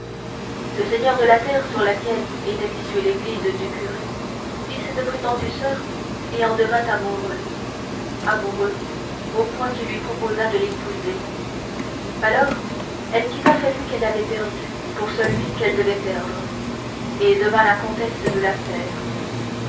le seigneur de la terre sur laquelle était située l'église du curé vit cette prétendue soeur et en devint amoureux amoureux au point qu'il lui proposa de l'épouser alors elle quitta celui qu'elle avait perdu pour celui qu'elle devait perdre et devint la comtesse de